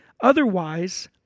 Otherwise